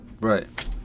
Right